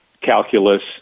calculus